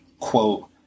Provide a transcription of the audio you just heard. quote